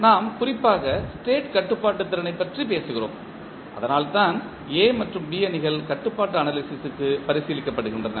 நாம் குறிப்பாக ஸ்டேட் கட்டுப்பாட்டுத்திறனைப் பற்றி பேசுகிறோம் அதனால்தான் A மற்றும் B அணிகள் கட்டுப்பாட்டு அனாலிசிஸ் க்கு பரிசீலிக்கப்படுகின்றன